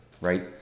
right